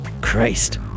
Christ